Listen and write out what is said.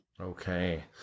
Okay